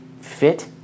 fit